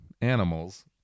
animals